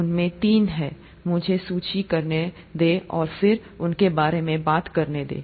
उनमें तीन हैं मुझे सूची करने दें और फिर उनके बारे में बात करने दें